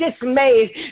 dismayed